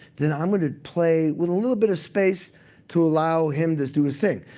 then i'm going to play with a little bit of space to allow him to do his thing.